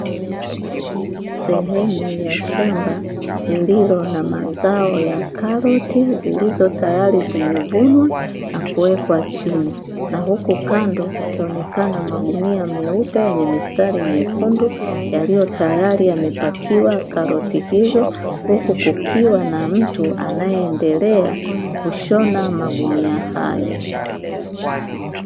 Sehemu ya shamba kulikuwa na mazao ya karoti zilizotayari zimevunwa na kuwekwa chini. Na huku kando kukionekana magunia meusi yenye mistari myeukundu yaliyo tayari yamepakiwa karoti hizo. Huku kukiwa na mtu anayeendelea kushona magunia hayo.